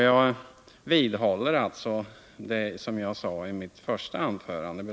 Jag vidhåller yrkandena från mitt första anförande.